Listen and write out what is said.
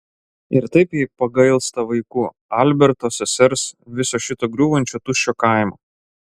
ir taip jai pagailsta vaikų alberto sesers viso šito griūvančio tuščio kaimo